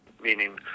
meaning